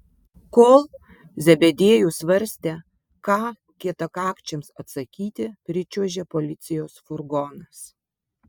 kol zebediejus svarstė ką kietakakčiams atsakyti pričiuožė policijos furgonas